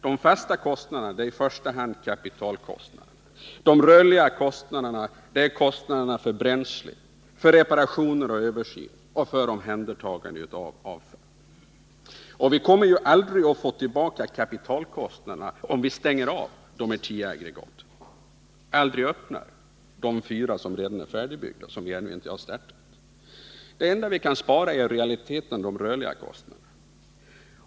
De fasta kostnaderna är i första hand kapitalkostnaderna. De rörliga kostnaderna är kostnaderna för bränsle, reparationer och översyn och för omhändertagande av avfall. Vi kommer aldrig att få tillbaka kapitalkostnaderna om vi stänger av de tio aggregaten och aldrig öppnar de fyra som redan är färdigbyggda men som vi ännu inte har startat. Det enda vi kan spara i realiteten är de rörliga kostnaderna.